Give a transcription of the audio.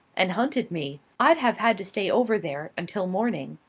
and hunted me, i'd have had to stay over there until morning,